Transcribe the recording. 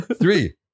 Three